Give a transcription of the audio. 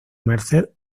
merced